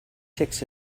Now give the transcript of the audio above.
ticks